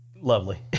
lovely